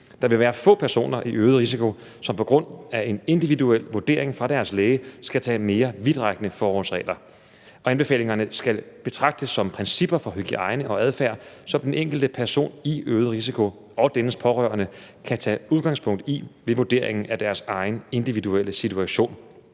Der vil være få personer i øget risiko, som på baggrund af en individuel vurdering fra deres læge, skal tage mere vidtrækkende forholdsregler. Anbefalingerne skal betragtes som principper for hygiejne og adfærd, som den enkelte person i øget risiko og dennes pårørende kan tage udgangspunkt i ved vurderingen af deres egen individuelle situation.«